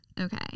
Okay